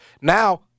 Now